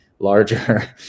larger